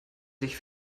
sich